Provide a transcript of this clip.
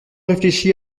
réfléchi